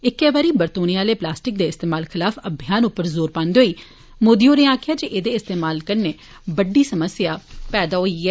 इक्कै बारी बरतोने आले प्लास्टिक दे इस्तेमाल खिलाफ अभियान उप्पर जोर पान्दे होई मोदी होरें आक्खेया जे ऐदे इस्तेमाल कन्नै बड़ी समस्या पैदा होई ऐ